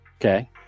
Okay